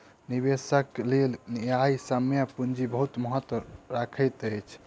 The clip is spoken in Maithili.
निवेशकक लेल न्यायसम्य पूंजी बहुत महत्त्व रखैत अछि